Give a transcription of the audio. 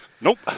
Nope